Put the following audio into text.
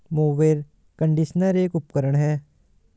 mower conditioner एक उपकरण है